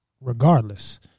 regardless